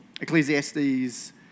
Ecclesiastes